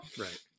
right